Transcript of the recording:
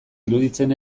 iruditzen